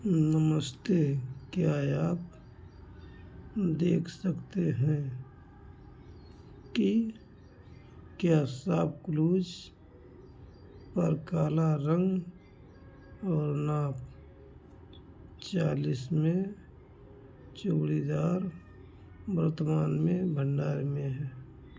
नमस्ते क्या याप देख सकते हैं कि क्या शॉपक्लूज पर काला रंग और नाप चालीस में चूड़ीदार बर्तमान में भंडार में है